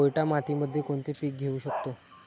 पोयटा मातीमध्ये कोणते पीक घेऊ शकतो?